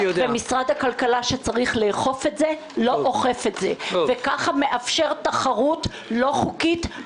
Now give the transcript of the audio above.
משרד הכלכלה שצריך לאכוף את זה לא אוכף את זה וכך מאפשר תחרות לא חוקית,